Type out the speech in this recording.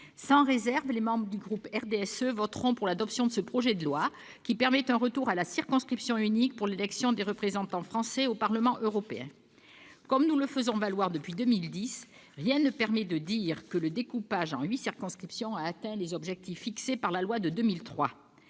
collègues, les membres du groupe du RDSE voteront, sans réserve, pour l'adoption de ce projet de loi, qui permet un retour à la circonscription unique pour l'élection des représentants français au Parlement européen. Comme nous le faisons valoir depuis 2010, rien ne permet de dire que le découpage en huit circonscriptions a atteint les objectifs fixés par la loi de 2003.